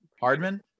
Hardman